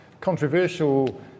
Controversial